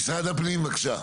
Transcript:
משרד הפנים בבקשה.